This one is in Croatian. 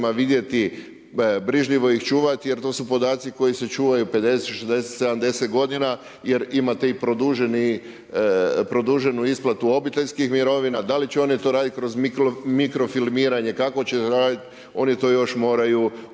vidjeti, brižljivo ih čuvati, jer to su podaci koji se čuvaju, 50, 60, 70 godina jer imate i produženu isplatu obiteljskih mirovina. Da li će oni to raditi kroz mikrofilmiranje, kako će raditi, oni to još moraju osuvremeniti